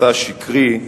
מסע שקרי,